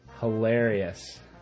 Hilarious